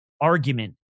argument